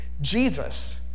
Jesus